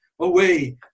away